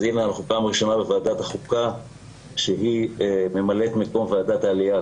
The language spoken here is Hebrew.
אז הנה אנחנו פעם ראשונה בוועדת החוקה שהיא ממלאת מקום ועדת העלייה,